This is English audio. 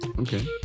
Okay